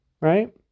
right